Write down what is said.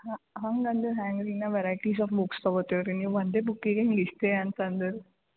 ಹ ಹಂಗೆ ಅಂದರೆ ಹೆಂಗ್ರೀ ಇನ್ನೂ ವೆರೈಟೀಸ್ ಆಫ್ ಬುಕ್ಸ್ ತೊಗೊತೀವ್ರಿ ನೀವು ಒಂದೇ ಬುಕ್ಕಿಗೆ ಹಿಂಗೆ ಇಷ್ಟೇ ಅಂತಂದರೆ ರೀ